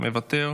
מוותר.